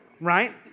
right